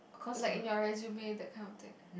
like in your resume that kind of thing